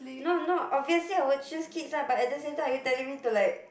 no not obviously I will choose kids ah but at the same time are you telling me to like